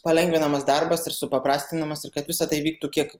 palengvinamas darbas ir supaprastinamas ir kad visa tai vyktų kiek